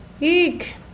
Eek